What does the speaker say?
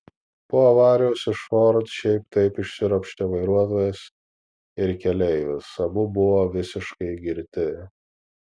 po avarijos iš ford šiaip taip išsiropštė vairuotojas ir keleivis abu buvo visiškai girti